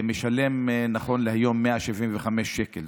משלם היום 175 שקלים.